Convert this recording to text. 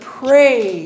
pray